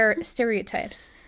stereotypes